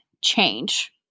change